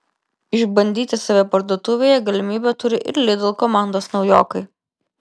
išbandyti save parduotuvėje galimybę turi ir lidl komandos naujokai